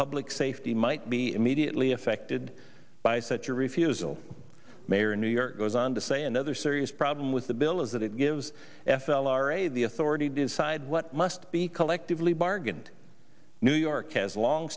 public safety might be immediately affected by such a refusal mayor new york goes on to say another serious problem with the bill is that it gives f l r a the authority to decide what must be collectively bargained new york has